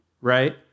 right